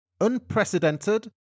Unprecedented